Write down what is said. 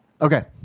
Okay